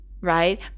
right